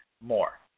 more